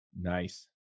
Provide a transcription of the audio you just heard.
Nice